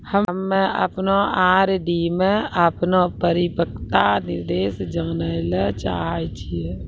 हम्मे अपनो आर.डी मे अपनो परिपक्वता निर्देश जानै ले चाहै छियै